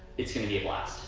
it's gonna be a blast.